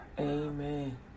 Amen